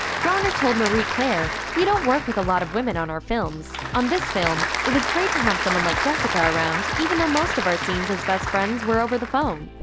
garner told marie claire, we don't work with a lot of women on our films. on this film, it was great to have someone like jessica around, even though most of our scenes as best friends were over the phone.